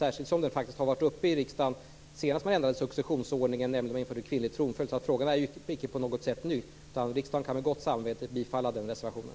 Frågan var faktiskt uppe i riksdagen när man senast ändrade successionsordningen, nämligen då man införde kvinnlig tronföljd. Frågan är icke på något sätt ny. Riksdagen kan med gott samvete bifalla reservationen.